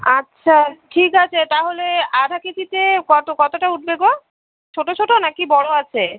আচ্ছা ঠিক আছে তাহলে আধা কেজিতে কত কতটা উঠবে গো ছোটো ছোটো না কি বড় আছে